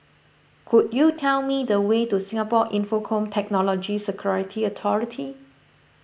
could you tell me the way to Singapore Infocomm Technology Security Authority